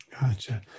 Gotcha